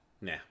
nah